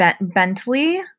Bentley